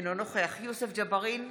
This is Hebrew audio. אינו נוכח יוסף ג'בארין,